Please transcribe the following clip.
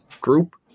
group